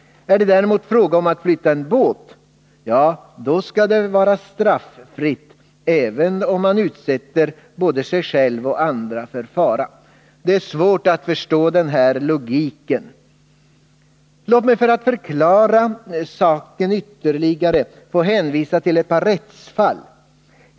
Är det däremot fråga om att flytta en båt, skall det vara straffritt även om man utsätter sig själv och andra för fara. Det är svårt att förstå den här logiken. Låt mig för att klargöra saken ytterligare få hänvisa till ett par rättsfall.